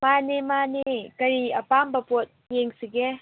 ꯃꯥꯟꯅꯦ ꯃꯥꯟꯅꯦ ꯀꯔꯤ ꯑꯄꯥꯝꯕ ꯄꯣꯠ ꯌꯦꯡꯁꯤꯒꯦ